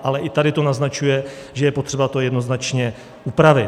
Ale i tady to naznačuje, že je potřeba to jednoznačně upravit.